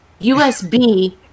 USB